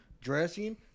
dressing